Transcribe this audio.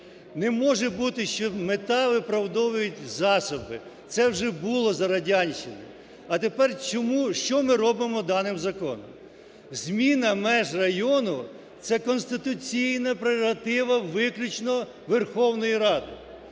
Не може бути, що мета виправдовує засоби. Це вже було за радянщини. А тепер чому, що ми робимо даним законом? Зміна меж району, це конституційна прерогатива виключно Верховної Ради.